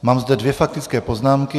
Mám zde dvě faktické poznámky.